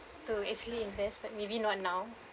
to actually invest but maybe not now